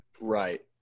Right